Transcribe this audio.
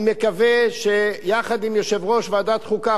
אני מקווה שיחד עם יושב-ראש ועדת החוקה,